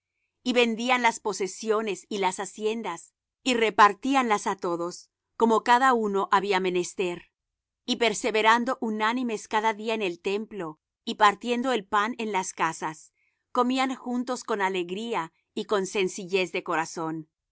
y vendían las posesiones y las haciendas y repartíanlas á todos como cada uno había menester y perseverando unánimes cada día en el templo y partiendo el pan en las casas comían juntos con alegría y con sencillez de corazón